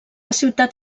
ciutat